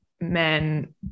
men